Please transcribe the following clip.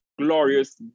glorious